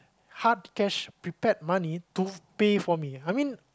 hard cash prepare money to pay for me I mean